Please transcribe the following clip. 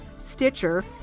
Stitcher